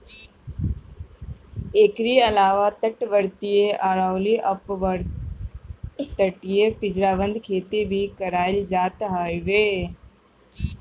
एकरी अलावा तटवर्ती अउरी अपतटीय पिंजराबंद खेती भी कईल जात हवे